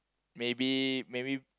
maybe maybe